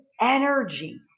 energy